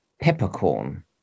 peppercorn